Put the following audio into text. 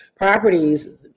properties